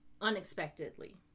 unexpectedly